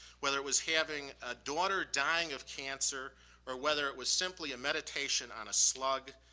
whether it was having a daughter dying of cancer or whether it was simply a meditation on a slug,